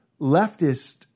leftist